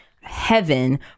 heaven